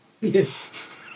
Yes